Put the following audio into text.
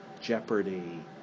jeopardy